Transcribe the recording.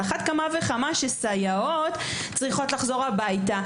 על אחת כמה וכמה כשסייעות צריכות לחזור הביתה,